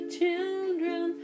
children